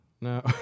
No